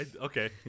okay